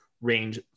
range